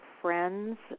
friends